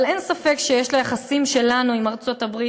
אבל אין ספק שיש ליחסים שלנו עם ארצות-הברית